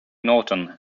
norton